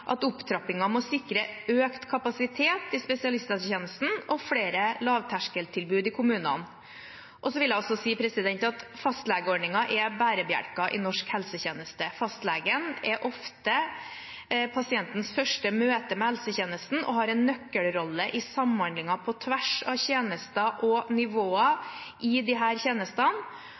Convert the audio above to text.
at opptrappingen må sikre økt kapasitet i spesialisthelsetjenesten og flere lavterskeltilbud i kommunene. Jeg vil også si at fastlegeordningen er bærebjelken i norsk helsetjeneste. Fastlegen er ofte pasientens første møte med helsetjenesten og har en nøkkelrolle i samhandlingen på tvers av tjenester og nivåer i disse tjenestene. Her